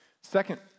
Second